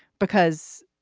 because,